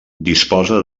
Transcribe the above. disposa